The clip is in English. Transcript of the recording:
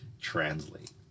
translate